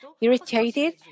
irritated